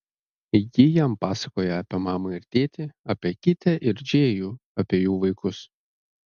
ji jam pasakoja apie mamą ir tėtį apie kitę ir džėjų apie jų vaikus